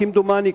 כמדומני,